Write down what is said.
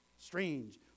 strange